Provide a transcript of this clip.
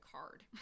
card